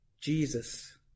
Jesus